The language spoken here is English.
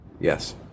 Yes